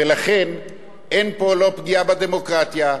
ולכן אין פה לא פגיעה בדמוקרטיה,